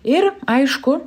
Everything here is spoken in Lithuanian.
ir aišku